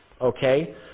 Okay